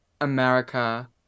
America